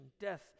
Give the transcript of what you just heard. death